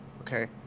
Okay